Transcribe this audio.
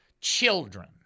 children